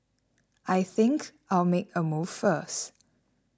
I think I'll make a move first